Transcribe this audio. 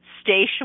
station